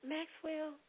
Maxwell